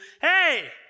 hey